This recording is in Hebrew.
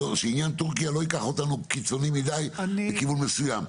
שעניין טורקיה לא ייקח אותנו קיצוני מידי לכיוון מסוים.